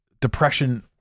depression